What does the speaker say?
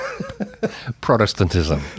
Protestantism